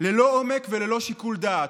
ללא עומק וללא שיקול דעת.